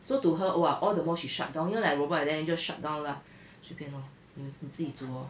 so to her !wah! all the more she shut down you know like robot like that then just shut down lah 随便 lor 你你自己煮 orh